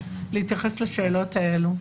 להתייחס לשאלות האלה.